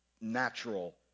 natural